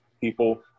people